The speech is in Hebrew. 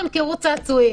הם סיפרו לי איך הם מרגישים,